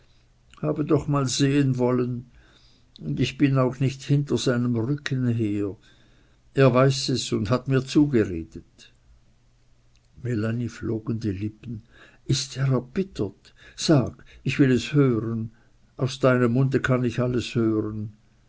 habe doch mal sehen wollen und ich bin auch nicht hinter seinem rücken hier er weiß es und hat mir zugeredet melanie flogen die lippen ist er erbittert sag ich will es hören aus deinem munde kann ich alles hören